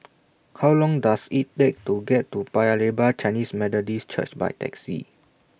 How Long Does IT Take to get to Paya Lebar Chinese Methodist Church By Taxi